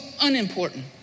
unimportant